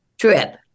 trip